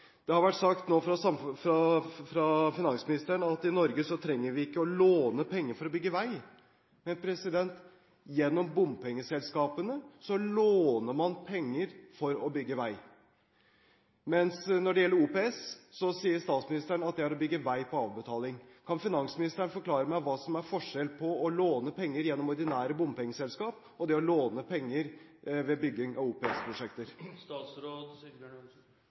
finansministeren nå at i Norge trenger vi ikke å låne penger for å bygge vei. Men gjennom bompengeselskapene låner man penger for å bygge vei. Når det gjelder OPS, sier statsministeren at det er å bygge vei på avbetaling. Kan finansministeren forklare meg hva som er forskjellen på det å låne penger gjennom ordinære bompengeselskaper og det å låne penger til bygging